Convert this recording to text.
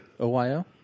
OYO